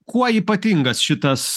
kuo ypatingas šitas